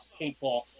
paintball